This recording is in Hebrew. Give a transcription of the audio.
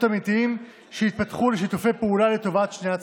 אמיתיים שיתפתחו לשיתופי פעולה לטובת שני הצדדים.